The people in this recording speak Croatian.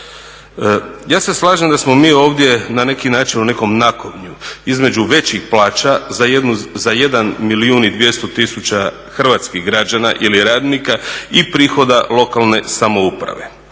Ja se slažem da smo mi ovdje na neki način u nekom nakovnju između većih plaća za jedan milijun i dvjesto tisuća hrvatskih građana ili radnika i prihoda lokalne samouprave.